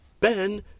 Ben